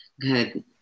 good